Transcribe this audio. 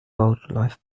wildlife